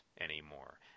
anymore